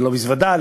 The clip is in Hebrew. ללא מזוודה,